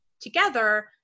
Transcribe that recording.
together